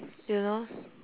you know